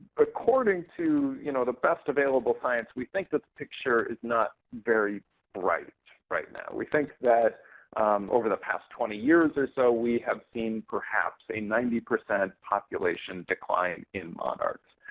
according to you know the best available science, we think the picture is not very bright right now. we think that over the past twenty years or so, we have seen perhaps a ninety percent population decline in monarchs.